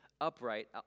upright